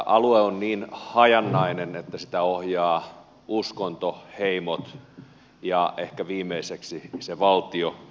alue on niin hajanainen että sitä ohjaa uskonto heimot ja ehkä viimeiseksi se valtio